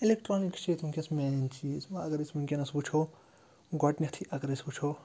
electronics چھِ ییٚتہِ وٕنۍکٮ۪س مین چیٖز وۄنۍ اگر أسۍ وٕنۍکٮ۪نَس وٕچھو گۄڈٕنٮ۪تھٕے اگر أسۍ وٕچھو